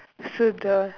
so the